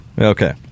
Okay